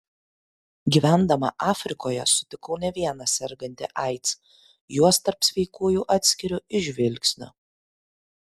gyvendama afrikoje sutikau ne vieną sergantį aids juos tarp sveikųjų atskiriu iš žvilgsnio